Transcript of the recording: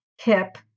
hip